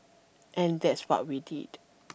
and that's what we did